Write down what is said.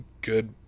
good